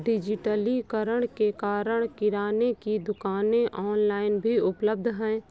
डिजिटलीकरण के कारण किराने की दुकानें ऑनलाइन भी उपलब्ध है